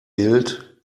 gilt